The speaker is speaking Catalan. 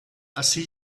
ací